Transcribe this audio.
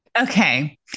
Okay